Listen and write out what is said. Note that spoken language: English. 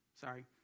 sorry